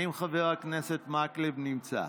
האם חבר הכנסת מקלב נמצא?